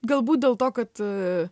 galbūt dėl to kad